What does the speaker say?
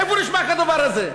איפה נשמע כדבר הזה?